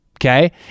Okay